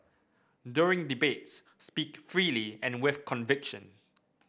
during debates speak freely and with conviction